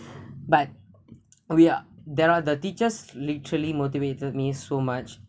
but we are there are the teachers literally motivated me so much